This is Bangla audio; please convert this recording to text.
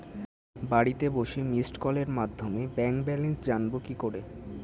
বাড়িতে বসে মিসড্ কলের মাধ্যমে ব্যাংক ব্যালেন্স জানবো কি করে?